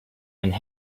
and